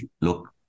look